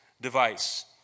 device